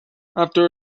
after